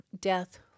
death